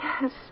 yes